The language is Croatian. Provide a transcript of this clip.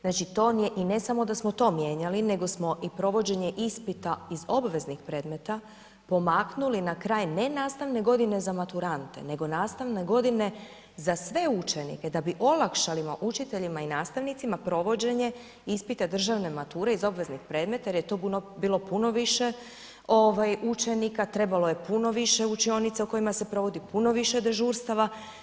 Znači to vam je, i ne samo da smo to mijenjali nego smo i provođenje ispita iz obveznih predmeta pomaknuli na kraj ne nastavne godine za maturante, nego nastavne godine za sve učenike da bi olakšali učiteljima i nastavnicima provođenje ispita državne mature iz obveznih predmeta jer je to bilo puno više ovaj učenika, trebalo je puno više učionica u kojima se provodi, puno više dežurstava.